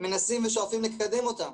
מנסים ושואפים לקדם אותם.